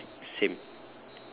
everything is same